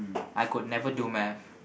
I could never do Math